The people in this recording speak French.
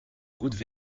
gouttes